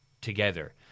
together